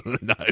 no